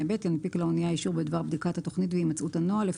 (ב) ינפיק לאנייה אישור בדבר בדיקת התוכנית והימצאות הנוהל,